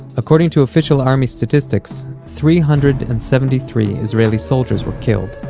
according to official army statistics, three hundred and seventy-three israeli soldiers were killed.